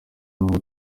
n’uwo